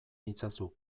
itzazu